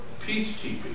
peacekeeping